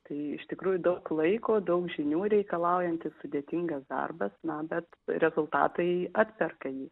tai iš tikrųjų daug laiko daug žinių reikalaujantis sudėtingas darbas na bet rezultatai atperka jį